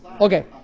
Okay